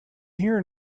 here